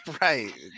Right